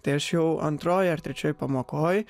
tai aš jau antroj ar trečioj pamokoj